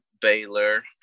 Baylor